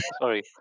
sorry